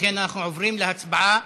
לכן אנחנו עוברים להצבעה